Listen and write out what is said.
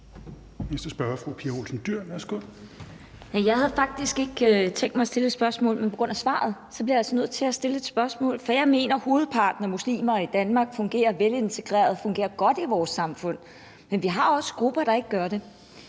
Jeg havde faktisk ikke tænkt mig at stille et spørgsmål, men på grund af svaret bliver jeg altså nødt til at stille et spørgsmål, for jeg mener, at hovedparten af muslimer i Danmark fungerer velintegreret og fungerer godt i vores samfund, men vi har også grupper, der ikke gør det.